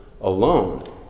alone